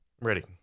Ready